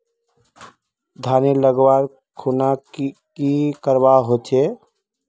धानेर लगवार खुना की करवा होचे?